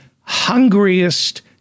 hungriest